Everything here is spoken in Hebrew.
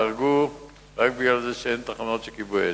וייהרגו רק בגלל זה שאין תחנות של כיבוי אש.